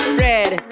red